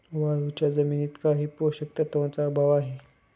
वाळूच्या जमिनीत काही पोषक तत्वांचा अभाव आहे